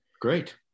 Great